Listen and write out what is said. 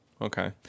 Okay